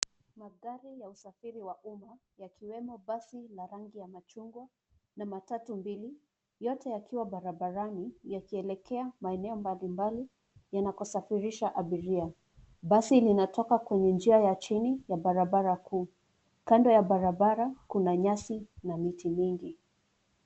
Magari ya usafiri wa umma yakiwemo basi ya rangi ya machungwa na matatu mbili yote yakiwa barabarani yakielekea maeneo mbalimbali yanaposafirisha abiria. Basi linatoka kwenye njia ya chini ya barabara kuu. Kando ya barabara kuna nyasi na miti.